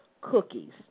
cookies